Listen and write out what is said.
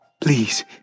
Please